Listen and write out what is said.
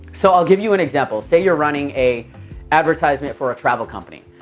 so i'll give you an example, say you're running a advertisement for a travel company.